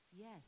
yes